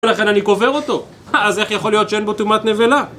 ולכן אני קובר אותו, אז איך יכול להיות שאין בו טומאת נבלה?